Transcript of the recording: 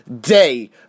day